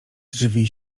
drzwi